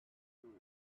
plants